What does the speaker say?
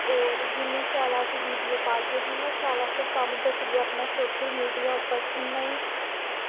होर जिन्नी शैल अस वीडियो पागे जिन्ना शैल अस कम्म दस्सगे अस सोशल मीडिया पर इन्ना गै